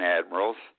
admirals